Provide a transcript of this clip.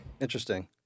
Interesting